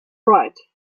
right